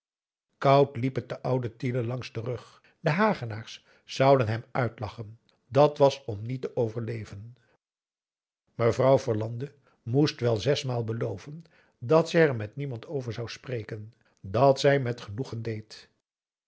koud liep het den ouden tiele langs den rug de hagenaars zouden hem uitlachen dàt was om niet te overleven mevrouw verlande moest wel zesmaal beloven dat zij er met niemand over zou spreken wat zij met genoegen deed